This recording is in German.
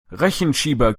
rechenschieber